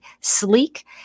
sleek